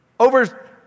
over